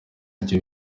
urya